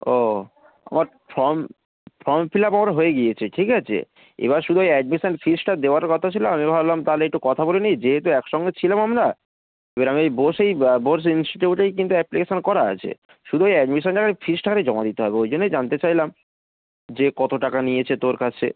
ও আমার form form fill up আমার হয়ে গিয়েছে ঠিক আছে এবার শুধু ওই অ্যাডমিশন ফিজটা দেওয়ার কথা ছিল আমি ভাবলাম তাহলে একটু কথা বলে নিই যেহেতু একসঙ্গে ছিলাম আমরা এবার আমি ওই বোসেই বোস ইনস্টিটিউটেই কিন্তু অ্যাপ্লিকেশন করা আছে শুধু ওই অ্যাডমিশনটা আর ওই ফিজটা খালি জমা দিতে হবে ওই জন্যই জানতে চাইলাম যে কত টাকা নিয়েছে তোর কাছে